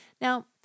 Now